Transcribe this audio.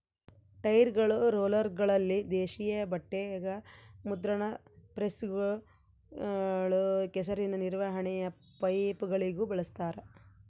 ಟೈರ್ಗಳು ರೋಲರ್ಗಳಲ್ಲಿ ದೇಶೀಯ ಬಟ್ಟೆಗ ಮುದ್ರಣ ಪ್ರೆಸ್ಗಳು ಕೆಸರಿನ ನಿರ್ವಹಣೆಯ ಪೈಪ್ಗಳಿಗೂ ಬಳಸ್ತಾರ